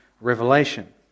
revelation